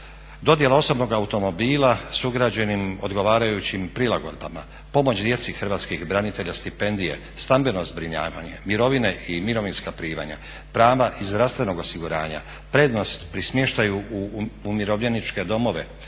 dodjela osobnog automobila s ugrađenim odgovarajućim prilagodbama, pomoć djeci hrvatskih branitelja – stipendija, stambeno zbrinjavanje, mirovine i mirovinska primanja, prava iz zdravstvenog osiguranja, prednost pri smještaju u umirovljeničke domove,